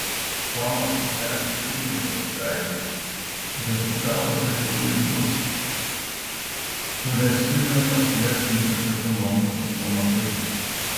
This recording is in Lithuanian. pamatus ręsti irgi pasitaiko rezultatas akivaizdus suręsti naujos klestinčios ekonomikos pamatai